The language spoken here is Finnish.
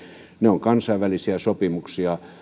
ne ovat kansainvälisiä sopimuksia